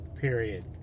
Period